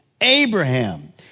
Abraham